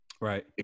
Right